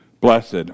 Blessed